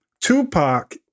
Tupac